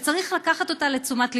שצריך לקחת אותה לתשומת ליבנו.